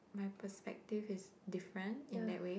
my perspective is different in that way